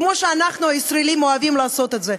כמו שאנחנו הישראלים אוהבים לעשות את זה,